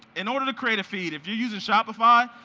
in order to create a feed, if you're using shopify,